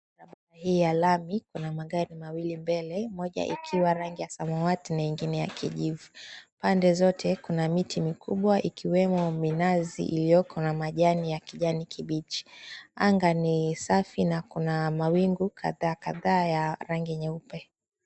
Barabara hii ya lami kuna magari mawili mbele, moja ikiwa rangi ya samawati na ingine ya kijivu. Pande zote kuna miti mikubwa ikiwemo minazi iliyoko na majani ya kijani kibichi. Anga ni safi na kuna mawingu kadhaa kadhaa ya rangi nyeupe.